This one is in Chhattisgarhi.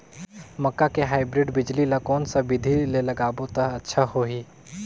मक्का के हाईब्रिड बिजली ल कोन सा बिधी ले लगाबो त अच्छा होहि?